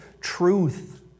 truth